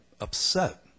upset